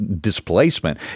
displacement